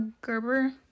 Gerber